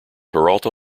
peralta